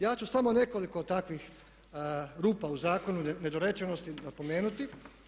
Ja ću samo nekoliko takvih rupa u zakonu nedorečenosti napomenuti.